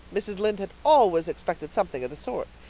mrs. lynde had always expected something of the sort!